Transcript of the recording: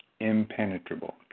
impenetrable